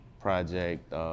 project